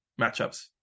matchups